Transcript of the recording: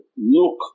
look